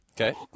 Okay